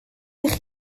eich